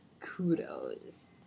kudos